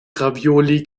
ravioli